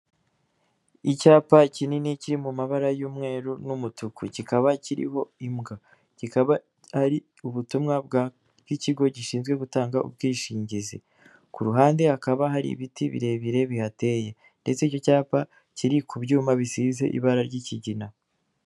Icyapa kinini kiri mu mabara y'umweru n'umutuku kikaba kiriho imbwa, kikaba ari ubutumwa bw'ikigo gishinzwe gutanga ubwishingizi, ku ruhande hakaba hari ibiti birebire bihateye ndetse icyo cyapa kiri ku byuma bisize ibara ry'ikigina.